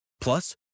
Plus